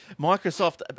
Microsoft